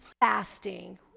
fasting